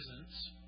presence